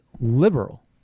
liberal